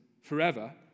forever